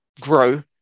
grow